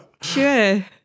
Sure